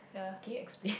can you explain